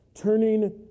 turning